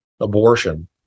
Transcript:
abortion